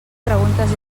preguntes